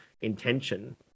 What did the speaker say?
intention